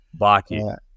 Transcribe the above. Baki